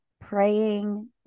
praying